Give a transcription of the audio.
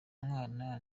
mwana